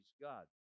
God